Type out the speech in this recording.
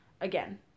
Again